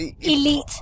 elite